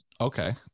Okay